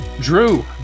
Drew